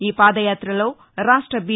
ఈ పాదయాతలో రాష్ట్ర బి